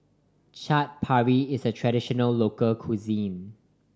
Chaat Papri is a traditional local cuisine